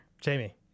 Jamie